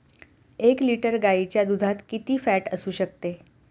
एक लिटर गाईच्या दुधात किती फॅट असू शकते?